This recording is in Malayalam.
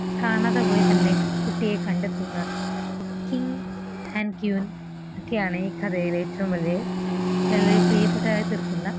കാണാതെ പോയി തന്നെ കുട്ടിയെ കണ്ടെത്തുന്ന കിങ് ആൻ ക്വീൻ ഒക്കെയാണ് ഈ കഥയിലെ ഏറ്റോം വലിയ വളരെ പ്രിയപ്പെട്ടവരായി തീർക്കുന്ന